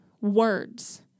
words